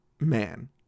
man